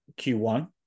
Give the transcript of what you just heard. Q1